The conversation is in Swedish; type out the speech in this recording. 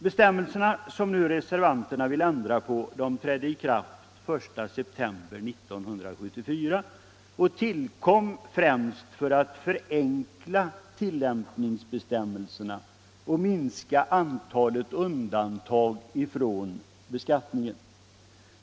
Bestämmelserna, som reservanterna nu vill ändra på, trädde i kraft den I september 1974 och tillkom främst för att förenkla tillämpningsbestämmelserna och minska antalet undantag från beskattningen.